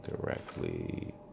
correctly